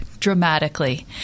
dramatically